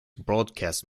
broadcast